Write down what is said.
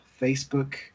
Facebook